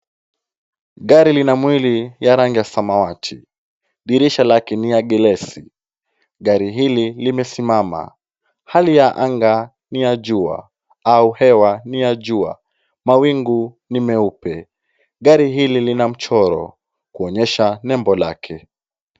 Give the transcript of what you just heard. Gari lina mwili ya rangi ya samawati. Dirisha lake ni ya glesi. Gari hili limesimama. Hali ya anga ni ya jua au hewa ni ya jua. Mawingu ni meupe. Gari hili lina mchoro kuonesha nembo lake.